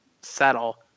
settle